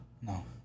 No